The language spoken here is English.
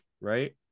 right